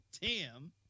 Tim